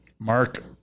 Mark